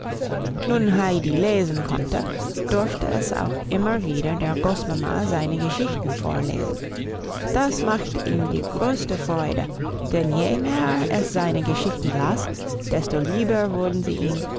nun heidi lesen konnte durfte es auch immer wieder der großmama seine geschichten vorlesen das machte ihm die größte freude denn je mehr es seine geschichten las desto lieber wurden sie ihm